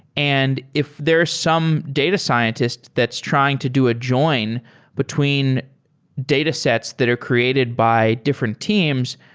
and if there's some data scientist that's trying to do a join between datasets that are created by different teams,